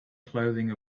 clothing